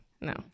No